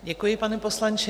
Děkuji, pane poslanče.